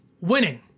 winning